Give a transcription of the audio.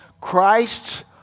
Christ's